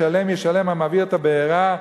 "שלם ישלם המבעיר את הבערה",